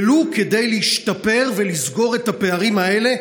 ולו כדי להשתפר ולסגור את הפערים האלה,